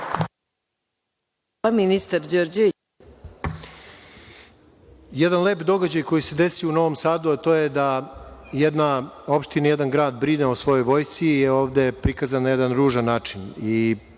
**Zoran Đorđević** Jedan lep događaj koji se desio u Novom Sadu, a to je jedna opština i jedan grad brine o svojoj vojsci, ovde je prikazan na jedan ružan način,